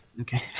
Okay